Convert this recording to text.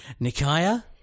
Nikaya